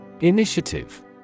Initiative